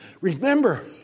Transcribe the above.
remember